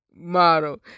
model